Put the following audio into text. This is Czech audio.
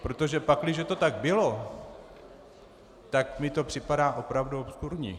Protože pakliže to tak bylo, tak mi to připadá opravdu obskurní.